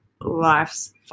life's